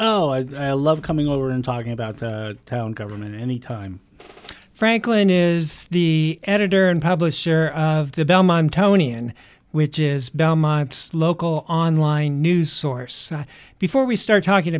oh i love coming over and talking about the town government any time franklin is the editor and publisher of the bellman tony and which is belmont's local online news source before we start talking